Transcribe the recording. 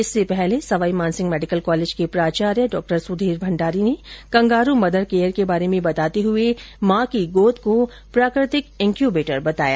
इससे पहले Sawai Mansingh medical college के प्राचार्य डॉ सुधीर भंडारी ने कंगारू मदर केयर के बारे में बताते हुए मां की गोद को प्राकृतिक इन्क्यूबेटर बताया